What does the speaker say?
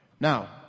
Now